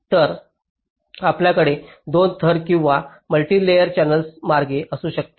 तर आपल्याकडे दोन थर किंवा मल्टी लेयर चॅनेल मार्ग असू शकतात